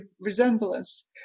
resemblance